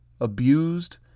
abused